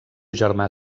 germà